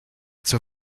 zur